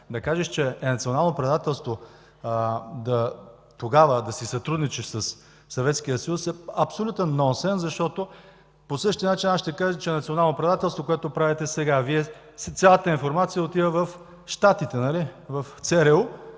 Да кажеш, че е национално предателство тогава да си сътрудничиш със Съветския съюз е абсолютен нонсенс, защото по същия начин аз ще кажа, че е национално предателство, което правите сега Вие. Цялата информация отива в Щатите, нали?